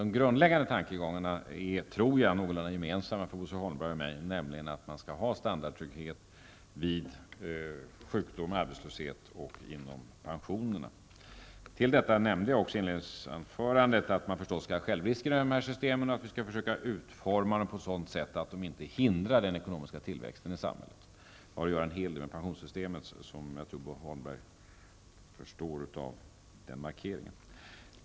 De grundläggande tankegångarna är någorlunda gemensamma för Bo Holmberg och mig, nämligen att man skall ha standardtrygghet vid sjukdom, arbetslöshet och pensionering. Jag nämnde också i inledningsanförandet att det skall vara självrisk i dessa system, och vi skall försöka utforma dem på ett sådant sätt att de inte hindrar den ekonomiska tillväxten i samhället. Det har en hel del att göra med pensionssystemet, vilket jag tror att Bo Holmberg förstår genom den markeringen.